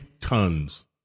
tons